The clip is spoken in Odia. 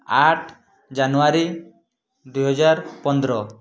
ଆଠ ଜାନୁଆରୀ ଦୁଇ ହଜାର ପନ୍ଦର